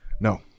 No